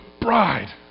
bride